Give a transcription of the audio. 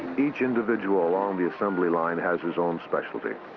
each individual along the assembly line has his own specialty.